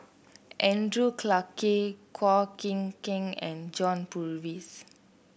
Andrew Clarke Chua Chim Kang and John Purvis